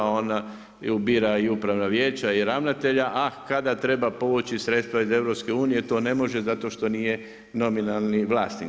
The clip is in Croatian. Ona bira i upravna vijeća i ravnatelja, a kada treba povući sredstva iz EU, to ne može zato što nije nominalni vlasnik.